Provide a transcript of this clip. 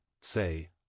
say